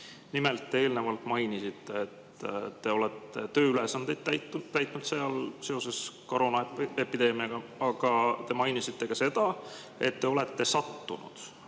Nimelt, eelnevalt mainisite, et te olete tööülesandeid täitnud seal seoses koroonaepideemiaga. Aga te mainisite ka seda, et te olete sattunud